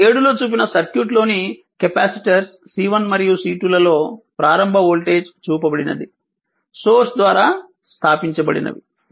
చిత్రం 7 లో చూపిన సర్క్యూట్ లోని కెపాసిటర్స్ C1 మరియు C2 ల లో ప్రారంభ వోల్టేజ్ చూపబడనది సోర్స్ ద్వారా స్థాపించబడినవి